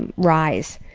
and rise.